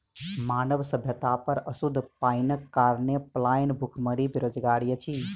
मानव सभ्यता पर अशुद्ध पाइनक कारणेँ पलायन, भुखमरी, बेरोजगारी अछि